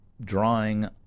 drawing